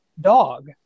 dog